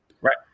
Right